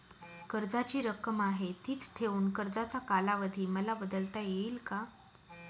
कर्जाची रक्कम आहे तिच ठेवून कर्जाचा कालावधी मला बदलता येईल का?